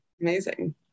Amazing